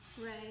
Right